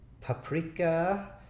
paprika